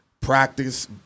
practice